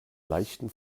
leichten